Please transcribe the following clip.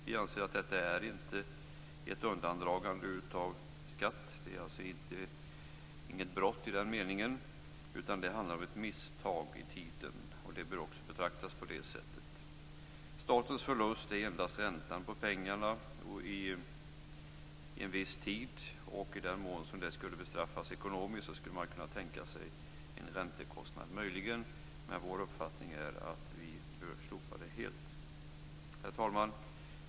Vi anser inte att detta är ett undandragande av skatt. Det är alltså inte i den meningen ett brott, utan det handlar om ett misstag i tiden. Det bör också betraktas på det sättet. Statens förlust är endast räntan på pengarna en viss tid. I den mån det skulle bestraffas ekonomiskt skulle man möjligen kunna tänka sig en räntekostnad, men vår uppfattning är att vi bör slopa det helt. Herr talman!